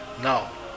Now